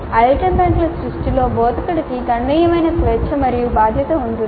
item బ్యాంకుల సృష్టిలో బోధకుడికి గణనీయమైన స్వేచ్ఛ మరియు బాధ్యత ఉంది